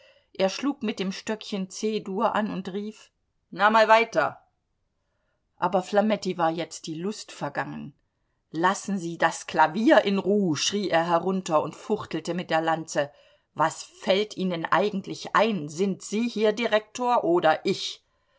er schlug mit dem stöckchen c dur an und rief na mal weiter aber flametti war jetzt die lust vergangen lassen sie das klavier in ruh schrie er herunter und fuchtelte mit der lanze was fällt ihnen eigentlich ein sind sie hier direktor oder ich